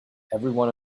everyone